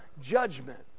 judgment